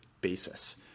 basis